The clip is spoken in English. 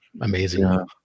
amazing